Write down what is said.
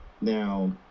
now